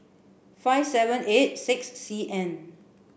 five seven eight six C N